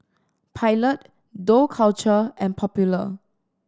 Pilot Dough Culture and Popular